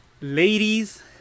ladies